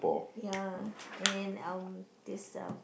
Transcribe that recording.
ya and then um this uh